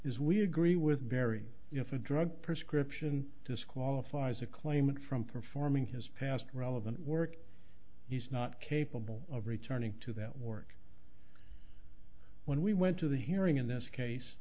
is we agree with very if a drug prescription disqualifies a claimant from performing his past relevant work he's not capable of returning to that work when we went to the hearing in this case